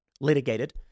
litigated